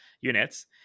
units